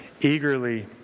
Eagerly